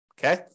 Okay